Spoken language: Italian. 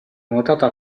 nuotata